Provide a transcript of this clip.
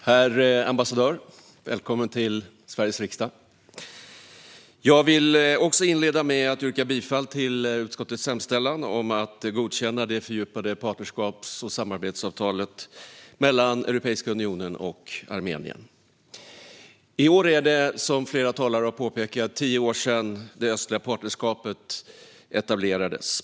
Herr talman! Herr ambassadör! Välkommen till Sveriges riksdag. Jag vill också inleda med att yrka bifall till utskottets hemställan om att godkänna det fördjupade partnerskaps och samarbetsavtalet mellan Europeiska unionen och Armenien. I år är det, som flera talare har påpekat, tio år sedan det östliga partnerskapet etablerades.